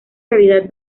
realidad